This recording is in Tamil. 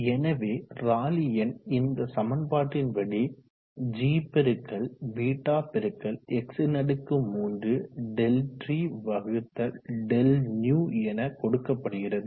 எனவே ராலி எண் இந்த சமன்பாட்டின்படி gβX3ΔTδυ என கொடுக்கப்படுகிறது